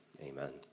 Amen